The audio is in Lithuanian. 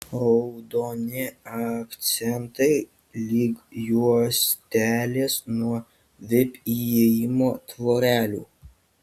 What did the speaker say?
raudoni akcentai lyg juostelės nuo vip įėjimo tvorelių